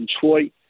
Detroit